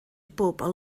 bobl